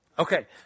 Okay